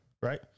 right